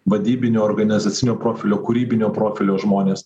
vadybinio organizacinio profilio kūrybinio profilio žmonės